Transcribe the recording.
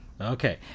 Okay